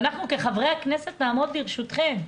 ואנחנו כחברי הכנסת נעמוד לרשותכם,